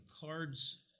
cards